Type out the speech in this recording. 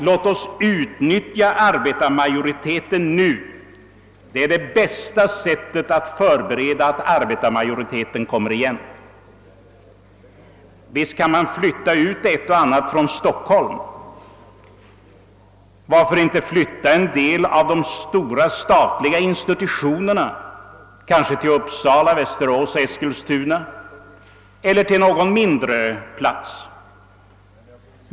Låt oss utnyttja arbetarmajoriteten nu. Det är det bästa sättet att förbereda att arbetarmajoriteten kommer igen. Visst kan man flytta ut ett och annat från Stockholm! Varför inte flytta en del av de stora statliga institutionerna, kanske till Uppsala, Västerås, Eskilstuna eller till någon mindre plats?